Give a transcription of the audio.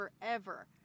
forever